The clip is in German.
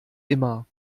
immer